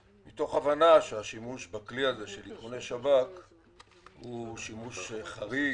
מתוך הבנה שהשימוש בכלי של איכוני שב"כ הוא שימוש חריג,